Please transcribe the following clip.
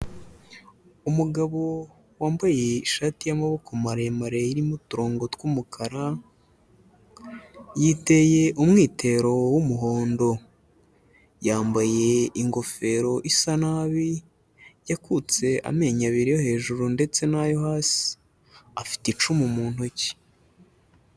Umugabo wambaye ishati y'amaboko maremare irimo uturongo tw'umukara, yiteye umwitero w'umuhondo. Yambaye ingofero isa nabi, yakutse amenyo abiri yo hejuru ndetse n'ayo hasi. Afite icumu mu ntoki.